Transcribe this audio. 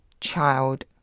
child